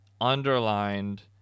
underlined